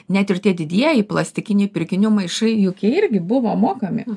net ir tie didieji plastikiniai pirkinių maišai juk jie irgi buvo mokami